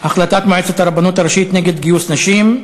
החלטת מועצת הרבנות הראשית נגד גיוס נשים,